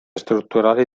strutturali